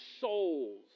souls